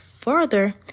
further